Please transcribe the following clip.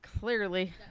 Clearly